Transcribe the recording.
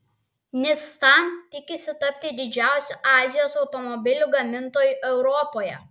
nissan tikisi tapti didžiausiu azijos automobilių gamintoju europoje